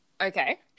Okay